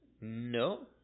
No